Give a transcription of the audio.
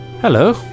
Hello